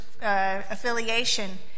affiliation